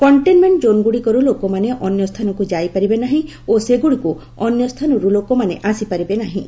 containment zone ଗୁଡ଼ିକରୁ ଲୋକମାନେ ଅନ୍ୟ ସ୍ଥାନକୁ ଯାଇପାରିବେ ନାହିଁ ଓ ସେଗୁଡ଼ିକୁ ଅନ୍ୟ ସ୍ଥାନରୁ ଲୋକମାନେ ଆସିପାରିବେ ନାହିଁ